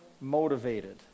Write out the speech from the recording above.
motivated